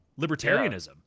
libertarianism